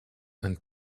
and